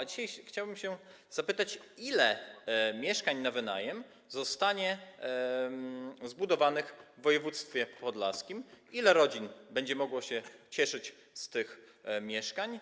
A dzisiaj chciałbym się zapytać: Ile mieszkań na wynajem zostanie zbudowanych w województwie podlaskim, ile rodzin będzie mogło się cieszyć z tych mieszkań